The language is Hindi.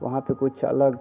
वहाँ पर कुछ अलग